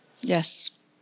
Yes